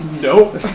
Nope